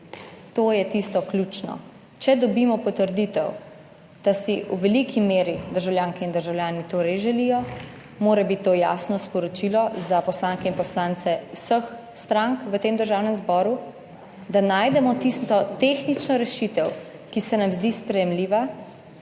To je tisto ključno. Če dobimo potrditev, da si v veliki meri državljanke in državljani to res želijo, mora biti to jasno sporočilo za poslanke in poslance vseh strank v tem Državnem zboru, da najdemo tisto tehnično rešitev, ki se nam zdi sprejemljiva.